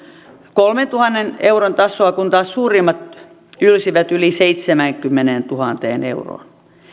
kolmentuhannen euron tasoa kun taas suurimmat ylsivät yli seitsemäänkymmeneentuhanteen euroon